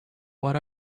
what